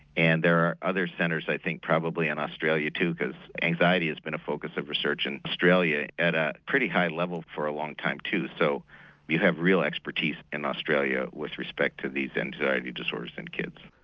and there are other centres i think probably in australia too because anxiety has been a focus of research in australia at a pretty high level for a long time too. so you have real expertise in australia with respect to these anxiety disorders in kids.